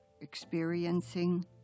experiencing